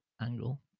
angle